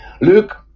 Luke